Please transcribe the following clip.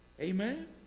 Amen